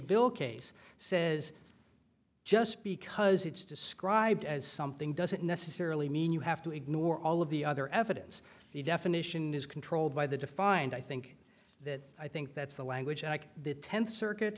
bill case says just because it's described as something doesn't necessarily mean you have to ignore all of the other evidence the definition is controlled by the defined i think that i think that's the language and the tenth circuit